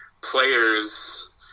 players